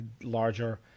larger